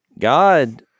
God